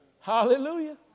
Hallelujah